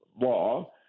law